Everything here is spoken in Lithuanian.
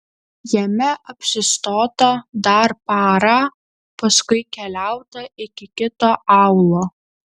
jame apsistota dar parą paskui keliauta iki kito aūlo